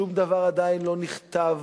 שום דבר עדיין לא נכתב.